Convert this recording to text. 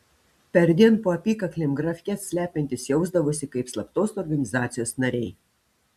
perdien po apykaklėm grafkes slepiantys jausdavosi kaip slaptos organizacijos nariai